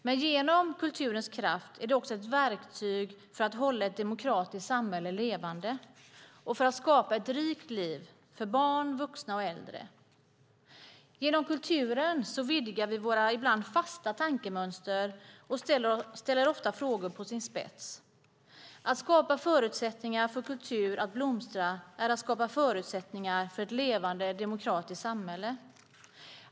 Men genom kulturens kraft är kulturen också ett verktyg för att hålla ett demokratiskt samhälle levande och för att skapa ett rikt liv för barn, vuxna och äldre. Genom kulturen vidgar vi våra ibland fasta tankemönster och ställer ofta frågor på sin spets. Att skapa förutsättningar för kultur att blomstra är att skapa förutsättningar för ett levande demokratiskt samhälle.